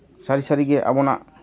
ᱥᱟᱹᱨᱤ ᱥᱟᱹᱨᱤᱜᱮ ᱟᱵᱚᱱᱟᱜ